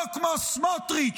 לא כמו סמוטריץ',